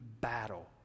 battle